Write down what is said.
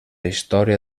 història